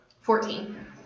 Fourteen